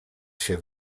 się